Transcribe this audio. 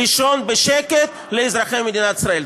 לישון בשקט לאזרחי מדינת ישראל.